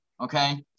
okay